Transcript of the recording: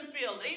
field